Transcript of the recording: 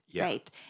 Right